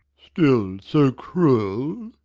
still so cruel?